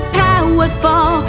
powerful